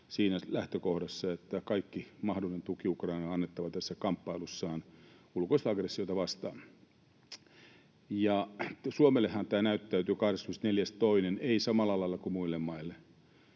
siinä lähtökohdassa, että kaikki mahdollinen tuki Ukrainalle on annettava tässä sen kamppailussa ulkoista aggressiota vastaan. Suomellehan tämä 24.2. ei näyttäydy samalla lailla kuin muille maille.